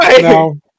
No